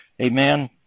Amen